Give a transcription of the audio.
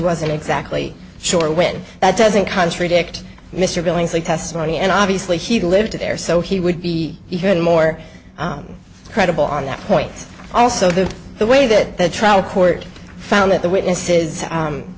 wasn't exactly sure when that doesn't contradict mr billingsley testimony and obviously he lived there so he would be even more credible on that point also the the way that the trial court found that the witnesses